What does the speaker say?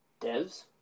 devs